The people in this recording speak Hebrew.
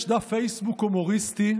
יש דף פייסבוק הומוריסטי,